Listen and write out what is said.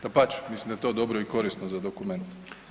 Dapače, mislim da je to dobro i korisno za dokument.